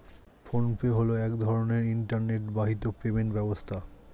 phone pay হলো এক ধরনের ইন্টারনেট বাহিত পেমেন্ট ব্যবস্থা